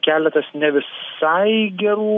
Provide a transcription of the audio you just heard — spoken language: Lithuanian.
keletas ne visai gerų